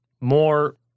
more